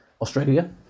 Australia